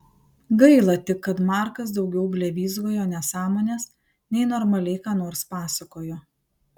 gaila tik kad markas daugiau blevyzgojo nesąmones nei normaliai ką nors pasakojo